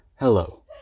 Hello